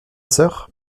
sœur